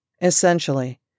Essentially